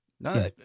No